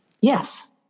Yes